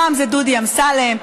פעם זה דודי אמסלם,